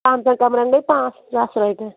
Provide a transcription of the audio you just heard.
پانٛژَن کَمرَن گٔے پانٛژھ ساس رۄپیہِ